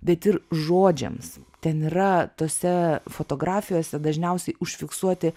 bet ir žodžiams ten yra tose fotografijose dažniausiai užfiksuoti